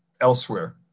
elsewhere